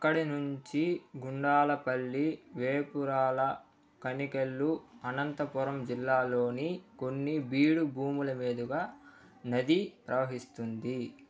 అక్కడి నుంచి గుండాలపల్లి వేపురాల కణికల్లు అనంతపురం జిల్లాలోని కొన్ని బీడు భూముల మీదుగా నది ప్రవహిస్తుంది